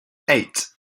eight